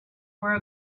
were